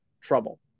trouble